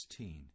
16